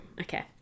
Okay